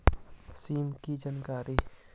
सिमा कि जानकारी?